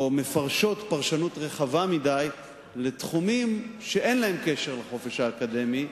או מפרשות פרשנות רחבה מדי לתחומים שאין להם קשר לחופש האקדמי,